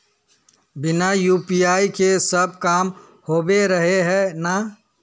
बिना यु.पी.आई के सब काम होबे रहे है ना?